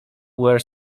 were